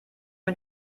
mit